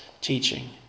teaching